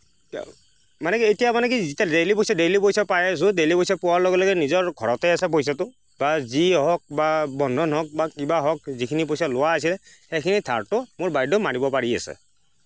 মানে কি এতিয়া মানে কি যেতিয়া দেইলি পইচা দেইলি পইচা পাই আছো দেইলি পইচা পোৱাৰ লগে লগে নিজৰ ঘৰতে আছে পইচাটো বা যি হওক বা বন্ধন হওক বা কিবা হওক যিখিনি পইচা লোৱা আছে সেইখিনিৰ ধাৰটো মোৰ বাইদেউ মাৰিব পাৰি আছে